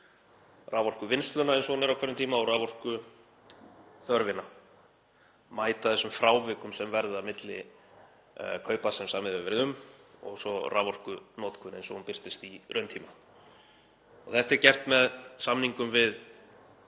raforkuvinnsluna eins og hún er á hverjum tíma og raforkuþörfina, mæta þessum frávikum sem verða milli kaupa sem samið hefur verið um og svo raforkunotkun eins og hún birtist í rauntíma. Þetta er gert með samningum við